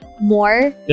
more